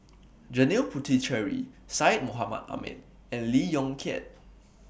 Janil Puthucheary Syed Mohamed Ahmed and Lee Yong Kiat